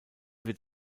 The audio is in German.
wird